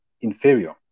inferior